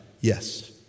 Yes